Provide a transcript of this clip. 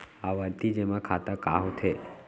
आवर्ती जेमा खाता का होथे?